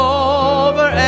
over